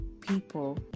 people